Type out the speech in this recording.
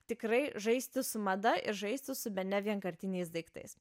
tikrai žaisti su mada ir žaisti su bene vienkartiniais daiktais